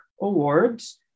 Awards